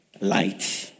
light